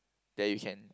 that you can